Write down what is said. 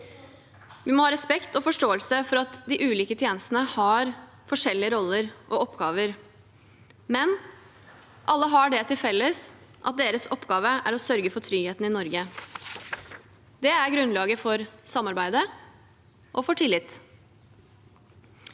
Vi må ha respekt og forståelse for at de ulike tjenestene har forskjellige roller og oppgaver, men alle har det til felles at deres oppgave er å sørge for tryggheten i Norge. Det er grunnlaget for samarbeidet – og for tillit.